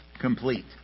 complete